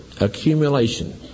accumulation